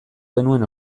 genuen